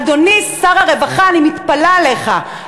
אדוני שר הרווחה, אני מתפלאת עליך.